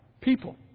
people